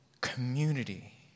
community